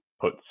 put